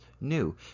new